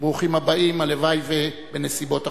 וברוכים הבאים, הלוואי שבנסיבות אחרות.